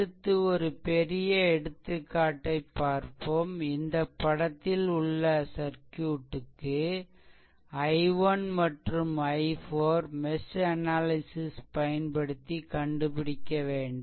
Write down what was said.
அடுத்து ஒரு பெரிய எடுத்துக்காட்டைப் பார்ப்போம் இந்த படத்தில் உள்ள சர்க்யூட்க்கு I1 மற்றும் i4 மெஷ் அனாலிசிஸ் பயன்படுத்தி கண்டுபிடிக்க வேண்டும்